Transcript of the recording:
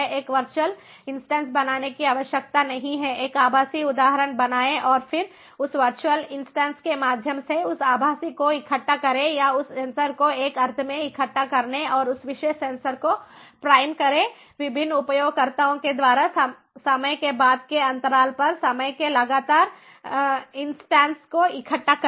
एक virtual instance बनाने की आवश्यकता नहीं है एक आभासी उदाहरण बनाएँ और फिर उस वर्चुअल इन्स्टन्स के माध्यम से उस आभासी को इकट्ठा करें या उस सेंसर को एक अर्थ में इकट्ठा करने और उस विशेष सेंसर को प्राइम करें विभिन्न उपयोगकर्ताओं के द्वारा समय के बाद के अंतराल पर समय के लगातार इन्स्टन्स को इकट्ठा करें